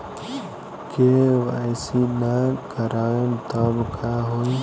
KYC ना करवाएम तब का होई?